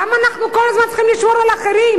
למה אנחנו צריכים כל הזמן לשמור על אחרים?